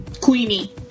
Queenie